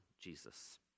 Jesus